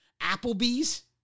Applebee's